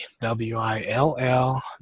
W-I-L-L